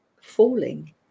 falling